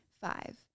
Five